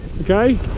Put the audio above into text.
Okay